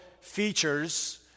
features